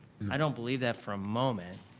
i don't believe that for a moment.